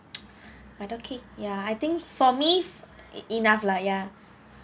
but okay ya I think for me enough lah ya